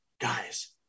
guys